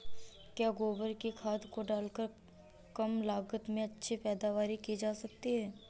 क्या गोबर की खाद को डालकर कम लागत में अच्छी पैदावारी की जा सकती है?